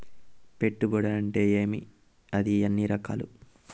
పెట్టుబడి అంటే ఏమి అది ఎన్ని రకాలు